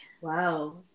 wow